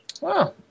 Wow